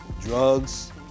Drugs